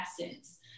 essence